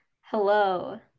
hello